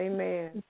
Amen